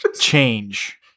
Change